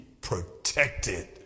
protected